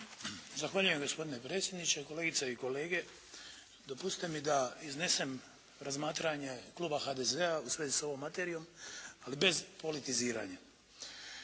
Zahvaljujem gospodine predsjedniče. Kolegice i kolege, dopustite mi da iznesem razmatranje kluba HDZ-a u svezi s ovom materijom, ali bez politiziranja.